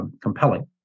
compelling